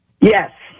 Yes